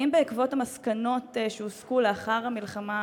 האם בעקבות המסקנות שהוסקו לאחר המלחמה,